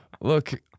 look –